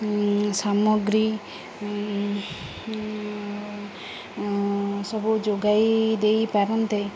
ସାମଗ୍ରୀ ସବୁ ଯୋଗାଇ ଦେଇ ପାରନ୍ତେ